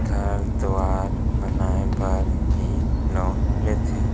घर दुवार बनाय बर ही लोन लेथें